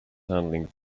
handling